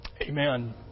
Amen